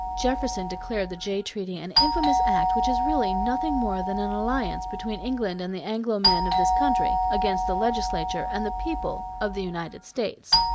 jefferson declared the jay treaty an infamous act which is really nothing more than an alliance between england and the anglo-men of this country, against the legislature and the people of the united states.